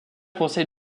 conseil